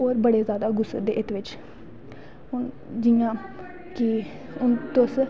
लोग बड़े जादा गुसा दे इत्त बिच्च जियां कि हुन तुस